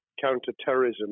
counter-terrorism